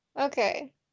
Okay